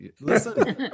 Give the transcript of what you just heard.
Listen